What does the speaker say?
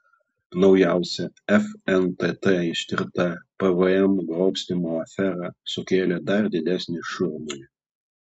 naujausia fntt ištirta pvm grobstymo afera sukėlė dar didesnį šurmulį